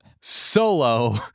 solo